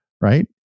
Right